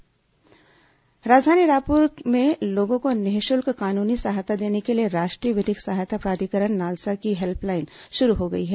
NALSA helpline number राजधानी रायपुर में लोगों को निःशुल्क कानूनी सहायता देने के लिए राष्ट्रीय विधिक सहायता प्राधिकरण नालसा की हेल्पलाइन शुरू की गई है